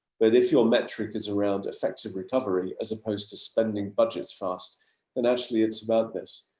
but if you're metric is around effective recovery as opposed to spending budgets fast and actually it's about this,